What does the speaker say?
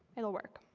it'll work.